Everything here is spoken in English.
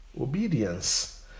obedience